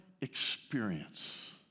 experience